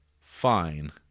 fine